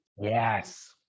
yes